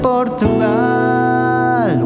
Portugal